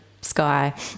sky